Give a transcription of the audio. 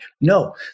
No